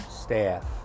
staff